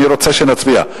אני רוצה שנצביע,